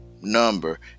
number